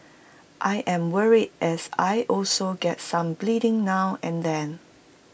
I am worried as I also get some bleeding now and then